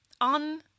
On